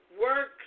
work